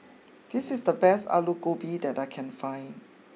this is the best Alu Gobi that I can find